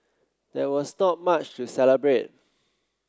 there was not much to celebrate